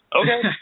Okay